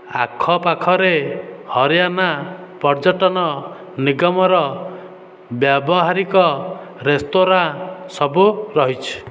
ଆଖପାଖରେ ହରିୟାଣା ପର୍ଯ୍ୟଟନ ନିଗମର ବ୍ୟାବହାରିକ ରେସ୍ତୋରାଁ ସବୁ ରହିଛି